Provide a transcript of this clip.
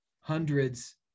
hundreds